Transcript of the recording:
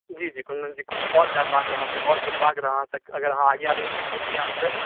जी जी कुन्दनजी किछु आओर जानबाकेँ रहै किछु आओर पुछबाकेँ रहै तऽ अगर अहाँ आज्ञा दी तऽ पुछी अहाँसँ